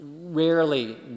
Rarely